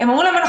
הם אומרים לנו,